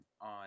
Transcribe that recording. on